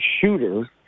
shooter